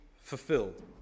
fulfilled